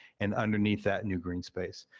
and underneath that new green space.